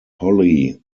holly